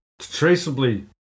traceably